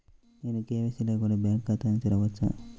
నేను కే.వై.సి లేకుండా బ్యాంక్ ఖాతాను తెరవవచ్చా?